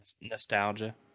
Nostalgia